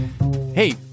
Hey